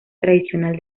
tradicional